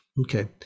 okay